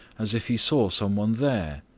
as if he saw some one there.